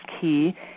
key